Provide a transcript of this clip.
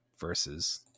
versus